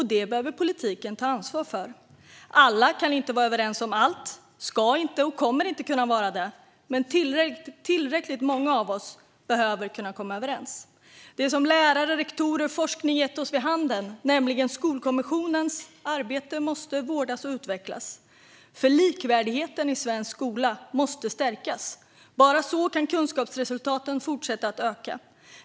Det behöver politiken ta ansvar för. Alla kan inte vara överens om allt. Vi ska inte och kommer inte att kunna vara det. Men tillräckligt många av oss behöver kunna komma överens. Det som lärare, rektorer och forskning har gett oss vid handen, nämligen Skolkommissionens arbete, måste vårdas och utvecklas. Likvärdigheten i svensk skola måste stärkas. Bara på det sättet kan kunskapsresultaten fortsätta att stiga.